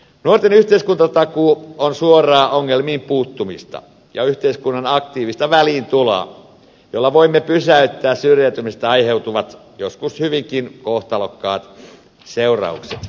nuorten yhteiskuntatakuu on suoraan ongelmiin puuttumista ja yhteiskunnan aktiivista väliintuloa jolla voimme pysäyttää syrjäytymisestä aiheutuvat joskus hyvinkin kohtalokkaat seuraukset